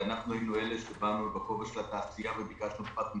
ואנחנו היינו אלו שבאו בכובע של התעשייה וביקשו פחת מואץ.